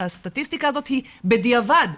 הסטטיסטיקה הזאת היא בדיעבד.